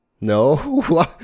No